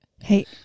Hey